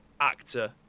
actor